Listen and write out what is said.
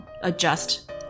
adjust